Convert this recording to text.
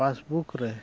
passbook ᱨᱮ